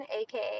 aka